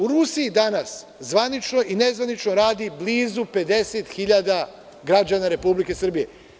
U Rusiji danas zvanično i nezvanično radi blizu 50.000 građana Republike Srbije.